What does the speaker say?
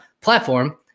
platform